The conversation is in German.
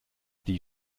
die